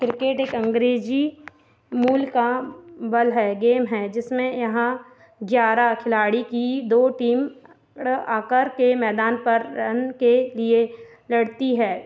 cricket एक अंग्रेज़ी मूल का बल है गेम है जिसमें यहाँ ग्यारह खिलाड़ी की दो टीम आ करके मैदान पर रन के लिए लड़ती हैं